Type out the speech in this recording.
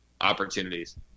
opportunities